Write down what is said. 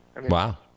Wow